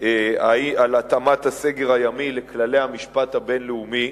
על התאמת הסגר הימי לכללי המשפט הבין-לאומי,